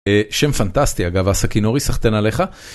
שם פנטסטי אגב, הסכין אורי, סחטיין עליך.